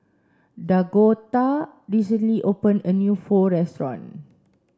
Dakoda recently opened a new Pho restaurant